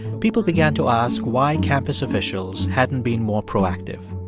people began to ask why campus officials hadn't been more proactive.